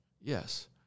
Yes